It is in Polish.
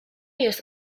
jest